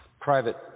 private